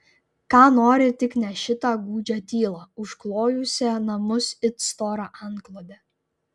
ką nori tik ne šitą gūdžią tylą užklojusią namus it stora antklode